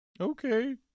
Okay